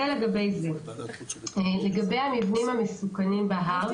לגבי המבנים המסוכנים בהר,